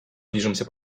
движемся